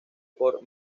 por